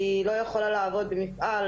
היא לא יכול לעבוד במפעל,